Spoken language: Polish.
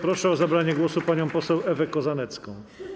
Proszę o zabranie głosu panią poseł Ewę Kozanecką.